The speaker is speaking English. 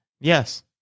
Yes